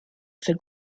for